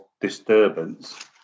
disturbance